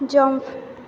jump